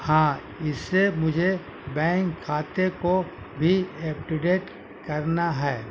ہاں اس سے مجھے بینک کھاتے کو بھی اپ ٹو ڈیٹ کرنا ہے